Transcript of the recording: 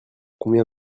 combien